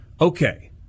okay